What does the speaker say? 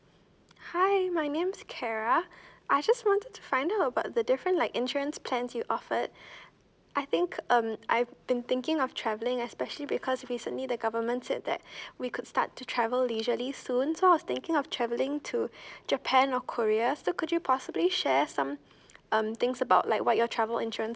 hi my name's clara I just want to find out about the different like insurance plans you offered I think um I've been thinking of travelling especially because recently the government said that we could start to travel leisurely soon so I was thinking of travelling to japan or korea so could you possibly share some um things about like what your travel insurance